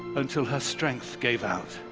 until her strength gave out.